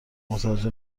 متوجه